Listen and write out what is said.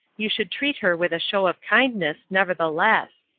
you should treat her with a show of kindness nevertheless.